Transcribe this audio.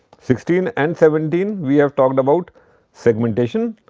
sixteen and seventeen we have talked about segmentation.